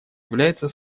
является